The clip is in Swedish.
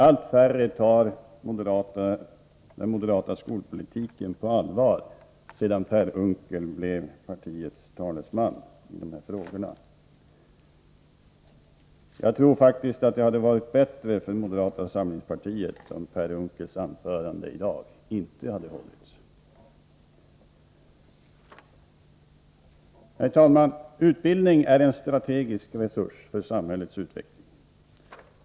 Allt färre tar den moderata skolpolitiken på allvar sedan Per Unckel blev partiets talesman i dessa frågor. Jag tror faktiskt att det hade varit bättre för moderata samlingspartiet om Per Unckels anförande i dag inte hade hållits. Herr talman! Utbildning är en strategisk resurs för samhällets utveckling.